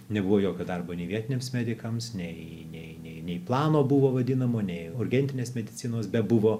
nebuvo jokio darbo nei vietiniams medikams nei nei nei plano buvo vadinamo nei orgintinės medicinos bebuvo